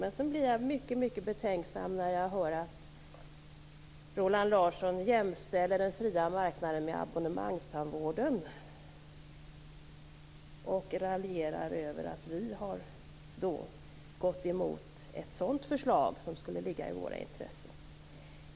Men sedan blev jag mycket betänksam när jag hör att han jämställer den fria marknaden med abonnemangstandvården och raljerar över att vi har gått emot ett sådant förslag, som enligt Roland Larsson skulle ligga i vårt intresse.